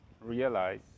realize